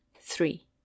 three